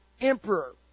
emperor